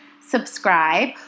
subscribe